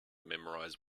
memorize